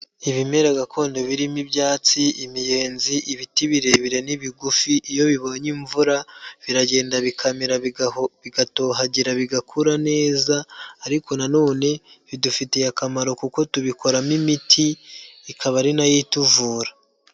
Ibimera gakondo birimo ibyatsi, imiyenzi, ibiti birebire n'ibigufi, iyo bibonye imvura, biragenda bikamera bigatohagira bigakura neza, ariko na none bidufitiye akamaro kuko tubikoramo imiti ikaba ari nayo ituvura.